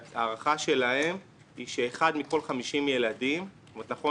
ההערכה שלהם היא ש-1 מכל 50 ילדים נכון